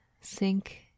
sink